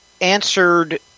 answered